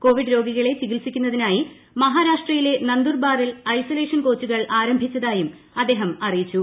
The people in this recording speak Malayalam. കോവിഡ് രോഗികളെ ചികിത്സിക്കുന്നതിനായി മഹാരാഷ്ട്രയിലെ നന്ദുർബാറിൽ ഐസൊലേഷൻ കോച്ചുകൾ ആരംഭിച്ചതായും അദ്ദേഹം അറിയിച്ചു